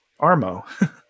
Armo